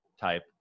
type